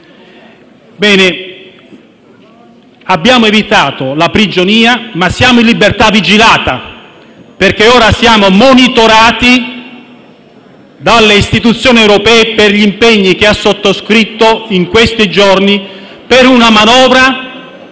pesano. Abbiamo evitato la prigionia, ma siamo in libertà vigilata perché ora siamo monitorati dalle istituzioni europee per gli impegni che la sottoscritta in questi giorni per una manovra